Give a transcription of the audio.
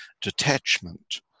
detachment